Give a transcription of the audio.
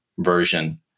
version